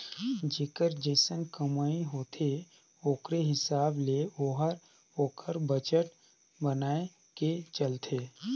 जेकर जइसन कमई होथे ओकरे हिसाब ले ओहर ओकर बजट बनाए के चलथे